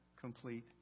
complete